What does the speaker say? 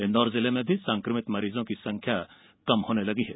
इंदौर जिले में भी संक्रमित मरीजों की संख्या कम होने लगी है